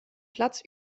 platz